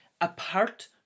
Apart